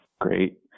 Great